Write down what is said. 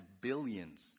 billions